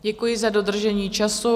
Děkuji za dodržení času.